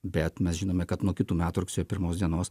bet mes žinome kad nuo kitų metų rugsėjo pirmos dienos